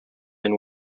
been